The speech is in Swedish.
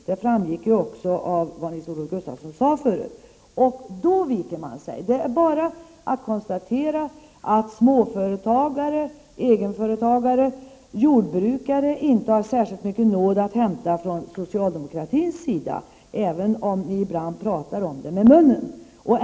Det framgick också av vad Nils-Olof Gustafsson sade tidigare. Då vek sig socialdemokraterna. Det är bara att konstatera att småföretagare, egenföretagare och jordbrukare inte har särskilt mycken nåd att hämta från socialdemokratins sida även om socialdemokraterna ibland talar om det.